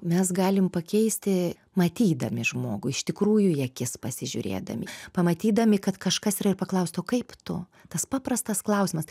mes galim pakeisti matydami žmogų iš tikrųjų į akis pasižiūrėdami pamatydami kad kažkas yra ir paklaustų kaip tu tas paprastas klausimas